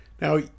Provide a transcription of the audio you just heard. Now